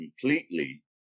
completely